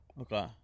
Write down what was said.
Okay